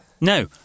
No